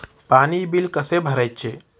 पाणी बिल कसे भरायचे?